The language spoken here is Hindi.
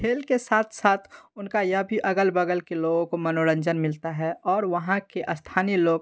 खेल के साथ साथ उनका यह भी अगल बग़ल के लोगों को मनोरंजन मिलता है और वहाँ के स्थानीय लोग